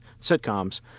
sitcoms